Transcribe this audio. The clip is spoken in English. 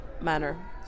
manner